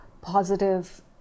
positive